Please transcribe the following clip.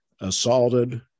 assaulted